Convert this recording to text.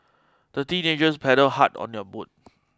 the teenagers paddled hard on their boat